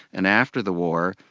and after the war,